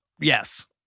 Yes